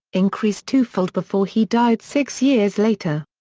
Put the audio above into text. increased twofold before he died six years later.